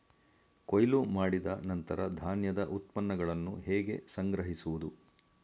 ಕೊಯ್ಲು ಮಾಡಿದ ನಂತರ ಧಾನ್ಯದ ಉತ್ಪನ್ನಗಳನ್ನು ಹೇಗೆ ಸಂಗ್ರಹಿಸುವುದು?